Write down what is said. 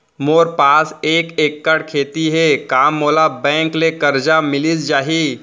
मोर पास एक एक्कड़ खेती हे का मोला बैंक ले करजा मिलिस जाही?